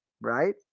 right